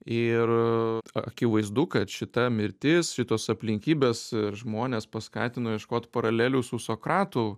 ir akivaizdu kad šita mirtis šitos aplinkybės žmones paskatino ieškot paralelių su sokratu